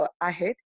ahead